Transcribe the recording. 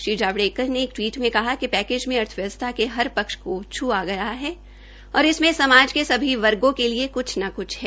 श्री जावड़ेकर ने एक टवीट में कहा कि पैकेज में अर्थव्यवस्था के हर पक्ष का छुआ गया है और इसमें समाज के सभी वर्गो के लिए क्छ न क्छ है